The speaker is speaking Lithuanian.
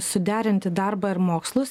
suderinti darbą ir mokslus